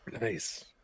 Nice